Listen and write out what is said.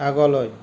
আগলৈ